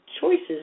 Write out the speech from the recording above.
choices